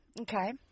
Okay